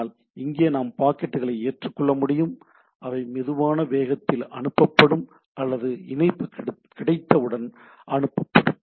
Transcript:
ஆனால் இங்கே நாம் பாக்கெட்டுகளை ஏற்றுக் கொள்ளலாம் அவை மெதுவான வேகத்தில் அனுப்பப்படும் அல்லது இணைப்பு கிடைத்தவுடன் அனுப்பப்படும்